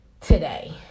today